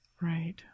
Right